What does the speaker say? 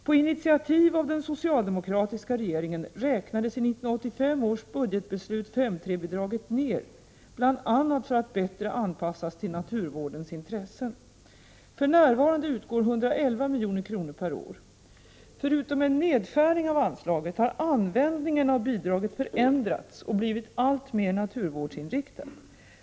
På initiativ av den socialdemokratiska regeringen räknades i 1985 års budgetbeslut 5:3-bidraget ned bl.a. för att bättre anpassas till naturvårdens intressen. För närvarande utgår 111 milj.kr. per år. Förutom en nedskärning av anslaget har användningen av bidraget förändrats och blivit alltmer naturvårdsinriktad.